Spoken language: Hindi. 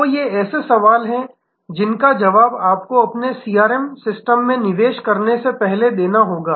तो ये ऐसे सवाल हैं जिनका जवाब आपको अपने सीआरएम सिस्टम में निवेश करने से पहले देना होगा